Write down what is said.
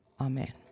Amen